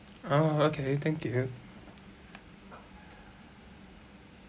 oh okay thank you